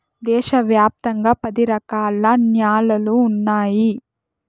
దేశ వ్యాప్తంగా పది రకాల న్యాలలు ఉన్నాయి